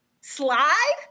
Slide